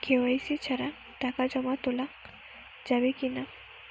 KYC ছাড়া টাকা জমা তোলা করা যাবে কি না?